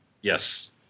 Yes